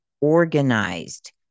organized